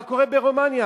מה קורה ברומניה.